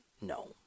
No